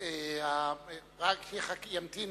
ימתין